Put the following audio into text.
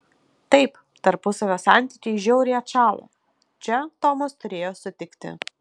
taip tarpusavio santykiai žiauriai atšąla čia tomas turėjo sutikti